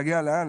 להגיע לאן?